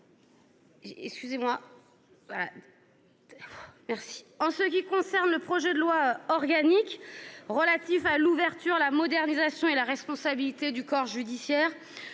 En ce qui concerne le projet de loi organique relatif à l'ouverture, la modernisation et la responsabilité du corps judiciaire,